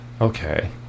Okay